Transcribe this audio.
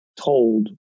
told